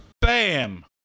Bam